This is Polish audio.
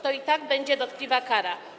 To i tak będzie dotkliwa kara.